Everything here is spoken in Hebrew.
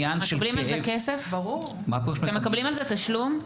אתם מקבלים על זה תשלום?